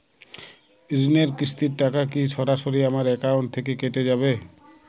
ঋণের কিস্তির টাকা কি সরাসরি আমার অ্যাকাউন্ট থেকে কেটে যাবে?